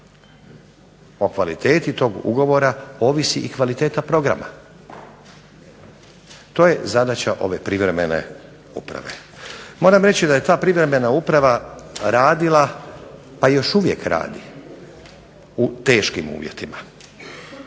O kvaliteti tog ugovora ovisi i kvaliteta programa. To je zadaća ove privremene uprave. Moram reći da je ta privremena uprava radila, pa još uvijek radi u teškim uvjetima.